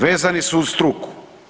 Vezani su uz struku.